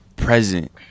present